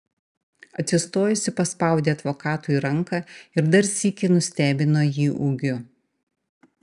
atsistojusi paspaudė advokatui ranką ir dar sykį nustebino jį ūgiu